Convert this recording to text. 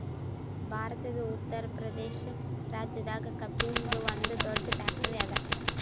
ಭಾರತದ್ ಉತ್ತರ್ ಪ್ರದೇಶ್ ರಾಜ್ಯದಾಗ್ ಕಬ್ಬಿನ್ದ್ ಒಂದ್ ದೊಡ್ಡ್ ಫ್ಯಾಕ್ಟರಿ ಅದಾ